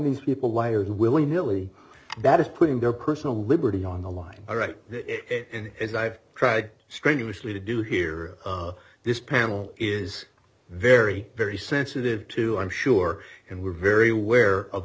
these people liars willing milly that is putting their personal liberty on the line i write it and as i've tried strenuously to do here this panel is very very sensitive to i'm sure and we're very aware of